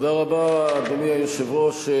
אדוני היושב-ראש,